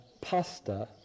pasta